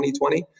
2020